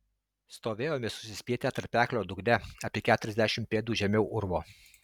stovėjome susispietę tarpeklio dugne apie keturiasdešimt pėdų žemiau urvo